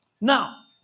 Now